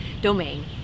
domain